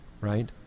right